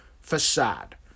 facade